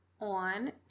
on